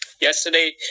Yesterday